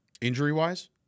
Injury-wise